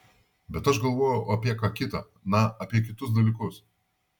bet aš galvojau apie ką kita na apie kitus dalykus